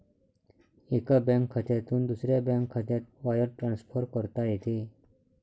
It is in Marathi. एका बँक खात्यातून दुसऱ्या बँक खात्यात वायर ट्रान्सफर करता येते